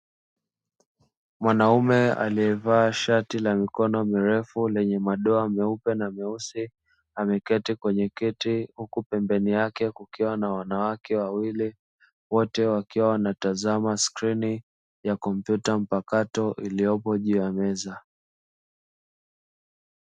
Mwanaume aliye vaa shati la mikino mirefu, lenye madoa meupe na meusi ameketi kweye keti huku pembeni yake, kukiwa na wanawake wawili, wote wakiwa wanatazama sckrini ya kompyuta mpakato iliyopo juu ya meza.